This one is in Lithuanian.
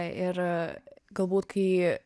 ir galbūt kai